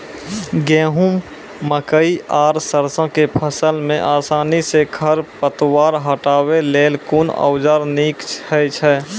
गेहूँ, मकई आर सरसो के फसल मे आसानी सॅ खर पतवार हटावै लेल कून औजार नीक है छै?